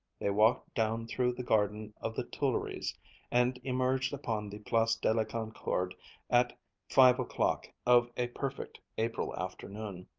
they walked down through the garden of the tuileries and emerged upon the place de la concorde at five o'clock of a perfect april afternoon,